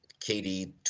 KD